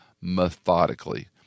methodically